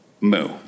Moo